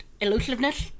elusiveness